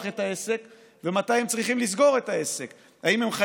את העסק ומתי הם צריכים לסגור את העסק,